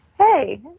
hey